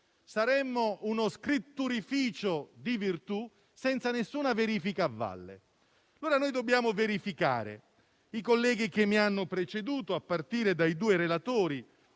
Saremmo uno "scritturificio" di virtù, senza nessuna verifica a valle. Ora dobbiamo verificare e i colleghi che mi hanno preceduto, a partire dai due relatori,